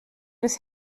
des